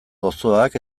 gozoak